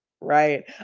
right